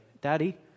Daddy